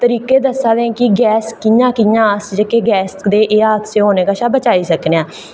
कुछ तरीके दस्सा ने कि गैस दे कि'यां कि'यां हाद से होने कशा अस बचाई सकने आं